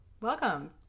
Welcome